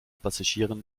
passagieren